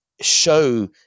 show